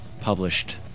published